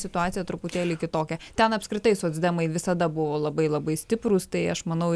situacija truputėlį kitokia ten apskritai socdemai visada buvo labai labai stiprūs tai aš manau